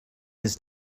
his